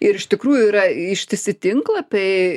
ir iš tikrųjų yra ištisi tinklapiai